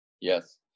Yes